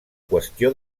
qüestió